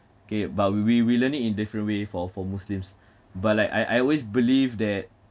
okay but we we we learn it in different way for for muslims but like I I always believe that